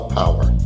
power